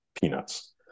Peanuts